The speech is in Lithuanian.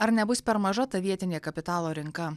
ar nebus per maža ta vietinė kapitalo rinka